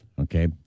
Okay